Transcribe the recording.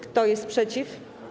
Kto jest przeciw?